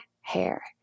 hair